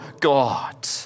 God